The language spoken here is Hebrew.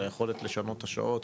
של היכולת לשנות את השעות,